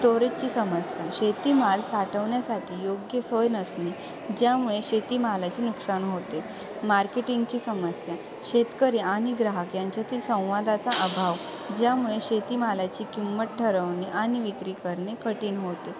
स्टोरेजची समस्या शेतीमाल साठवन्यासाठी योग्य सोय नसणे ज्यामुळे शेतीमालाचे नुकसान होते मार्केटिंगची समस्या शेतकरी आणि ग्राहक यांच्यातील संवादाचा अभाव ज्यामुळे शेतीमालाची किंमत ठरवणे आणि विक्री करणे कठीण होते